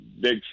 big